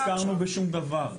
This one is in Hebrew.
לא נזכרנו בשום דבר.